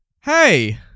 hey